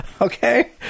Okay